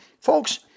folks